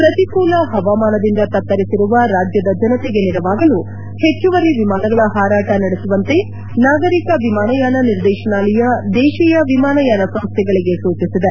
ಪ್ರತಿಕೂಲ ಹವಾಮಾನದಿಂದ ತತ್ತರಿಸಿರುವ ರಾಜ್ಯದ ಜನತೆಗೆ ನೆರವಾಗಲು ಹೆಚ್ಚುವರಿ ವಿಮಾನಗಳ ಹಾರಾಟ ನಡೆಸುವಂತೆ ನಾಗರಿಕ ವಿಮಾನಯಾನ ನಿರ್ದೇಶನಾಲಯ ದೇಶೀಯ ವಿಮಾನಯಾನ ಸಂಸ್ಟೆಗಳಿಗೆ ಸೂಚಿಸಿದೆ